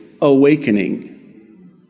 Awakening